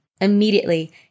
Immediately